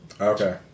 Okay